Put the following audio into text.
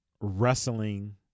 Wrestling